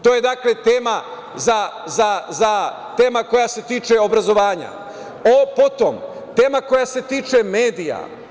To je tema koja se tiče obrazovanja, potom, tema koja se tiče medija.